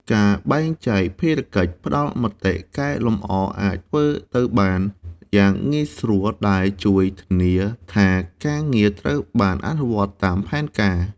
ការបែងចែកភារកិច្ច ផ្តល់មតិកែលម្អអាចធ្វើទៅបានយ៉ាងងាយស្រួល ដែលជួយធានាថាការងារត្រូវបានអនុវត្តតាមផែនការ។